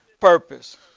purpose